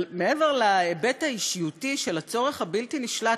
אבל מעבר להיבט האישיותי של הצורך הבלתי-נשלט